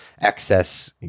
excess